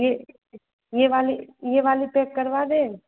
यह यह वाली यह वाली पैक करवा दें